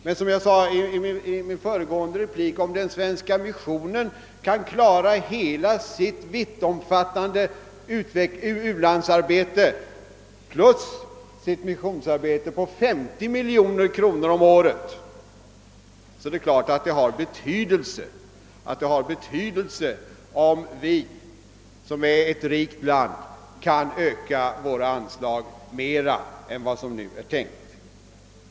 Men, som jag sade i min föregående replik, om den svenska missionen kan klara hela sitt vittomfattande u-landsarbete plus sitt missionsarbete på 50 miljoner kronor om året, är det klart att det har betydelse om vi, som är ett rikt land, kan höja våra anslag mer än vad som nu är tänkt.